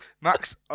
Max